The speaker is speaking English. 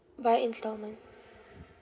by installment